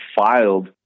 filed